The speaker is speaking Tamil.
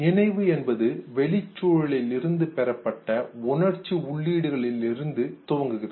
நினைவு என்பது வெளிச் சூழலில் இருந்து பெறப்பட்ட உணர்ச்சி உள்ளீடுகளிலிருந்து துவங்குகிறது